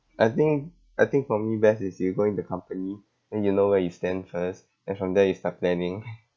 I think I think for me best is you go in the company then you know where you stand first then from there you start planning